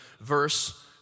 verse